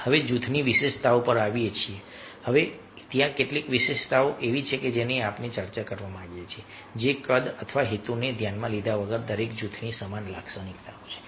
હવે જૂથની વિશેષતાઓ પર આવીએ છીએ હવે ત્યાં કેટલીક વિશેષતાઓ છે જેની આપણે ચર્ચા કરવા માંગીએ છીએ જે કદ અથવા હેતુને ધ્યાનમાં લીધા વગર દરેક જૂથની સમાન લાક્ષણિકતાઓ છે